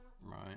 Right